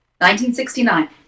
1969